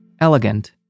Elegant